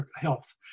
health